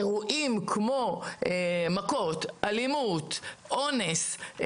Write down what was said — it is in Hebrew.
אירועים כמו מכות, אלימות, אונס,